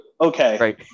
okay